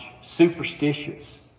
Superstitious